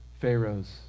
Pharaoh's